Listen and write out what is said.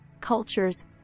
cultures